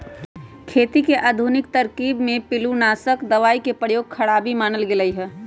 खेती के आधुनिक तरकिब में पिलुआनाशक दबाई के प्रयोग खराबी मानल गेलइ ह